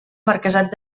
marquesat